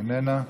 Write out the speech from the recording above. איננה,